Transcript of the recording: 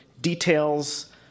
details